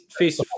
Facebook